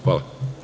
Hvala.